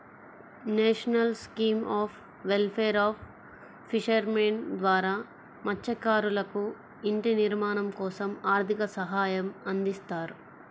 national scheme of welfare of fishermen ద్వారా మత్స్యకారులకు ఇంటి నిర్మాణం కోసం ఆర్థిక సహాయం అందిస్తారు